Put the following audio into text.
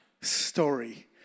story